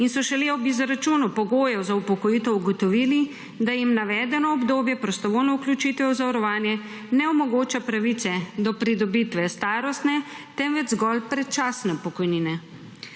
in so šele ob izračunu pogojev za upokojitev ugotovili, da jim navedeno obdobje prostovoljne vključitve v zavarovanje ne omogoča pravice do pridobitve starostne, temveč zgolj predčasne pokojnine.